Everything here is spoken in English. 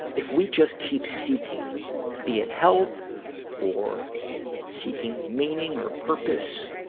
if we just keep seeking be it help or seeking meaning or purpose,